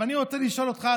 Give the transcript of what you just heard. אבל אני רוצה לשאול אותך,